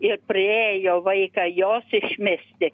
ir priėjo vaiką jos išmesti